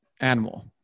animal